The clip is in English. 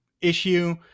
issue